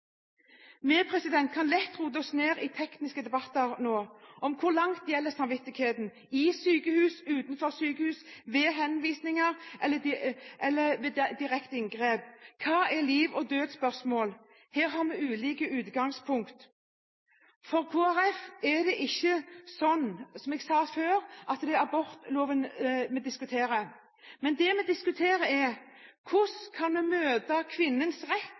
kan nå lett rote oss bort i tekniske debatter om hvor langt samvittigheten skal gjelde på sykehusene og utenfor sykehusene, ved henvisninger eller ved direkte inngrep. Hva er spørsmål om liv og død? Her har vi ulike utgangspunkt. For Kristelig Folkeparti er det ikke abortloven vi diskuterer. Vi diskuterer hvordan vi på den ene siden kan ivareta kvinnens rett til helsehjelp når det